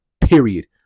Period